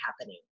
happening